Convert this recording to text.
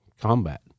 combat